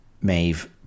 Maeve